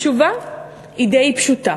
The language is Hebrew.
התשובה היא די פשוטה: